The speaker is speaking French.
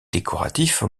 décoratif